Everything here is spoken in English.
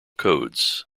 codes